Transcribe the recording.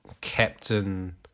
Captain